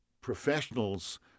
professionals